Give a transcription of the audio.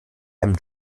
einem